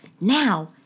Now